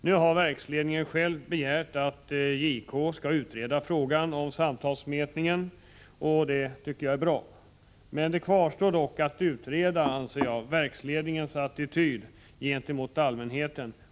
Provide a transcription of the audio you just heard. Nu har verksledningen själv begärt att JK skall utreda frågan om samtalsmätningen, och det tycker jag är bra. Det återstår emellertid att utreda verksledningens attityd gentemot allmänheten.